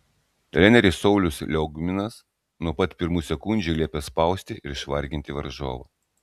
treneris saulius liaugminas nuo pat pirmų sekundžių liepė spausti ir išvarginti varžovą